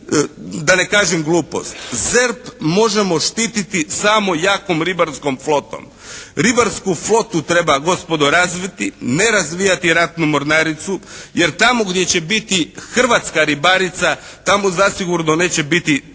da ne kažem glupost. ZERP možemo štititi samo jako ribarskom flotom. Ribarsku flotu treba gospodo razviti, ne razvijati ratnu mornaricu jer tamo gdje će biti hrvatska ribarica, tamo zasigurno neće biti talijanska